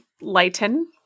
lighten